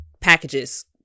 packages